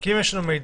כי אם יש לנו מידע,